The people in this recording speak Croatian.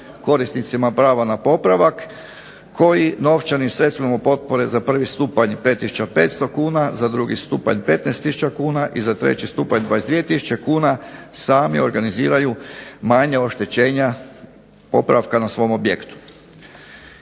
korisnicima prava na popravak, koji novčanim sredstvima potpore za prvi stupanj 5 tisuća 500 kuna, za drugi stupanj 15 tisuća kuna i za treći stupanj 22 tisuće kuna, sami organiziraju manja oštećenja popravka na svom objektu.